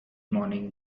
morning